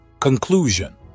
conclusion